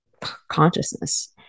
consciousness